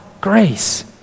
grace